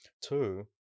two